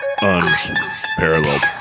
unparalleled